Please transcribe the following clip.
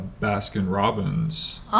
Baskin-Robbins